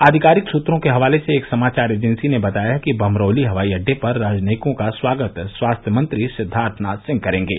आधिकारिक सूत्रों के हवाले से एक समाचार एजेंसी ने बताया है कि बम्हरौली हवाई अड्डे पर राजनयिकों का स्वागत स्वास्थ्य मंत्री सिद्वार्थनाथ सिंह करेंगे